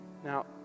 Now